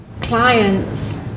clients